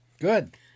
Good